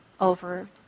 over